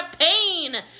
pain